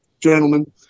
gentlemen